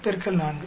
ஏன் 4